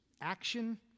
action